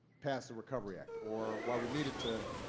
pass the recovery act, or why we needed to